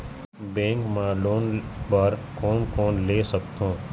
Bank मा loan बर कोन कोन ले सकथों?